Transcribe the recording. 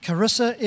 Carissa